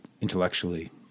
intellectually